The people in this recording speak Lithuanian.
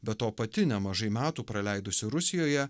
be to pati nemažai metų praleidusi rusijoje